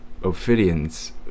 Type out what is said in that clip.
Ophidians